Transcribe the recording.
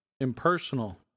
impersonal